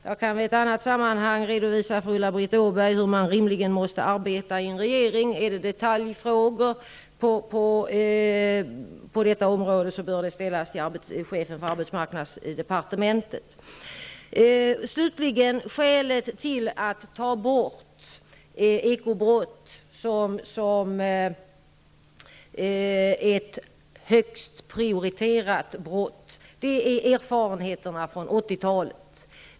Jag kan i ett annat sammanhang redovisa för Ulla-Britt Åbark hur man rimligen måste arbeta i en regering. Detaljfrågor på detta område bör ställas till chefen för arbetsmarknadsdepartementet. Skälet till att ta bort ekobrott som ett brott med högsta prioritet är erfarenheterna från 80-talet.